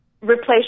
replace